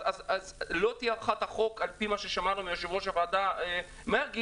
אז לא תהיה הארכת חוק על-פי מה ששמענו מו"ר הוועדה מרגי,